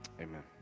Amen